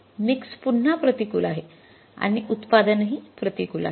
mix पुन्हा प्रतिकूल आहे आणि उत्पादनही प्रतिकूल आहे